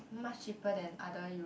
much cheaper than other eu~